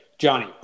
Johnny